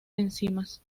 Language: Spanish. enzimas